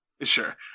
Sure